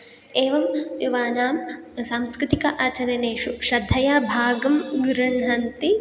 एवं युवानां सांस्कृतिक आचरणेषु श्रद्धया भागं गृण्हन्ति